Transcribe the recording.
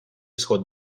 исход